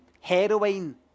heroin